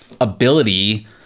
ability